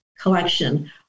collection